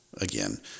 again